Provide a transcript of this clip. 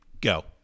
Go